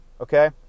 okay